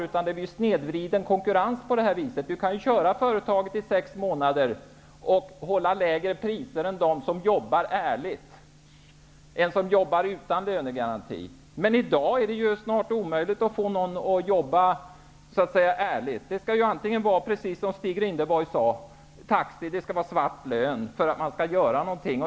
I stället blir det en snedvriden konkurrens. Man kan ju driva ett företag i sex månader och hålla lägre priser än de som jobbar ärligt, som jobbar utan lönegaranti. Men i dag är det hart när omöjligt att få någon att jobba ärligt. Det skall vara svart lön inom taxinäringen t.ex., som Stig Rindborg sade, för att man skall vara intresserad av att göra någonting.